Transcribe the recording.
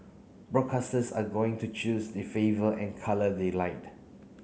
broadcasters are going to choose the flavour and colour they like